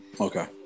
Okay